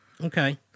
Okay